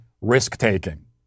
risk-taking